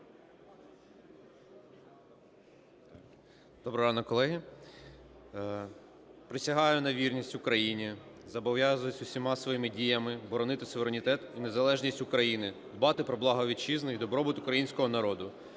Добрий ранок, колеги. Присягаю на вірність Україні. Зобов'язуюсь усіма своїми діями боронити суверенітет і незалежність України, дбати про благо Вітчизни і добробут Українського народу.